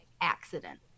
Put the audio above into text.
accident